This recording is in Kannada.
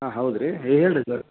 ಹಾಂ ಹೌದು ರೀ ನೀವು ಹೇಳ್ರೀ ಸರ್